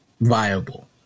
viable